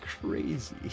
crazy